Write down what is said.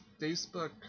facebook